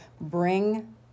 bring